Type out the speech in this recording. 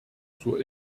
zur